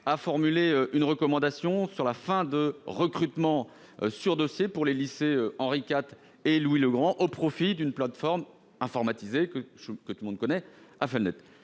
de Paris a recommandé la fin du recrutement sur dossier pour les lycées Henri-IV et Louis-le-Grand, au profit d'une plateforme informatisée que tout le monde connaît, Affelnet.